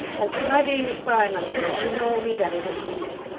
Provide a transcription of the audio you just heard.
as to my being a spy, my lord, you know me better than to believe it,